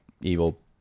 evil